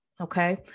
Okay